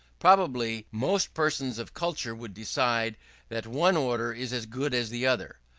probably, most persons of culture would decide that one order is as good as the other.